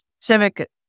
civic